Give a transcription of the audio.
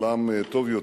עולם טוב יותר,